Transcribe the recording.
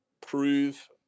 prove